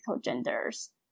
genders